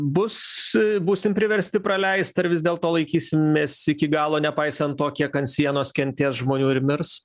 bus būsim priversti praleist ar vis dėlto laikysimės iki galo nepaisant to kiek ant sienos kentės žmonių ir mirs